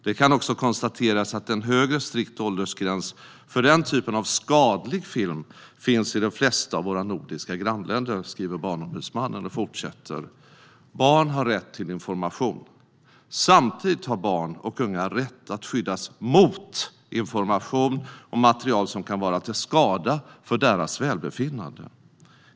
Det kan också konstateras att en högre strikt åldersgräns för den typen av skadlig film finns i de flesta av våra nordiska grannländer." Så skriver Barnombudsmannen och fortsätter: "Barn har rätt till information. Samtidigt har barn och unga rätt att skyddas mot information och material som kan vara till skada för deras välbefinnande.